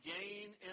gain